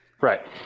Right